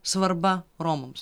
svarba romams